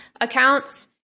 accounts